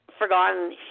forgotten